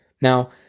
Now